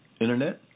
Internet